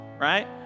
Right